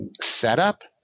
setup